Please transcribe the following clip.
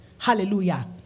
Hallelujah